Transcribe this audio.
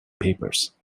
papers